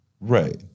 Right